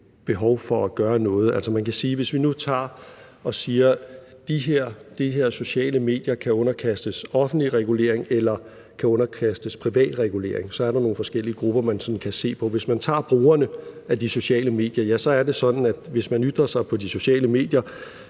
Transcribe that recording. behov for at gøre noget. Altså, man kan sige, hvis vi nu tager og siger, at de her sociale medier kan underkastes offentlig regulering eller kan underkastes privat regulering, så er der nogle forskellige grupper, man sådan kan se på. Hvis man tager brugerne af de sociale medier, ja, så er det sådan, at hvis man ytrer sig på de sociale medier,